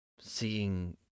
seeing